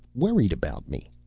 worried about me.